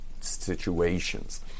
situations